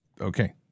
Okay